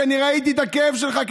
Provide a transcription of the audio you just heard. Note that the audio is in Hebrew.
כי אני ראיתי את הכאב שלך,